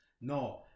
No